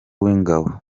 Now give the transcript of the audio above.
w’ingabo